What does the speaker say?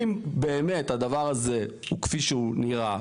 אם באמת הדבר הזה הוא כפי שהוא נראה,